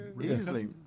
easily